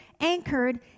anchored